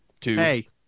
Hey